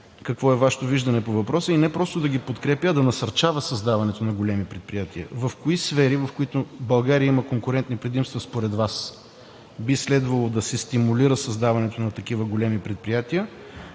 какво е Вашето виждане по въпроса? И не просто да ги подкрепя, а да насърчава създаването на големи предприятия. В кои сфери, в които България има конкурентни предимства според Вас, би следвало да се стимулира създаването на такива големи предприятия?